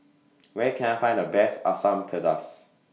Where Can I Find The Best Asam Pedas